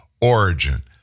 origin